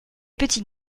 petits